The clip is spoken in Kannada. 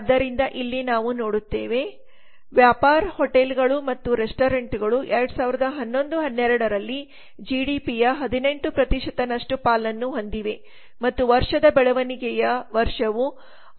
ಆದ್ದರಿಂದ ಇಲ್ಲಿ ನಾವು ನೋಡುತ್ತೇವೆ ವ್ಯಾಪಾರ ಹೋಟೆಲ್ಗಳು ಮತ್ತು ರೆಸ್ಟೋರೆಂಟ್ಗಳು 2011 12ರಲ್ಲಿ ಜಿಡಿಪಿಯ 18 ನಷ್ಟು ಪಾಲನ್ನು ಹೊಂದಿವೆ ಮತ್ತು ವರ್ಷದ ಬೆಳವಣಿಗೆಯ ವರ್ಷವು 6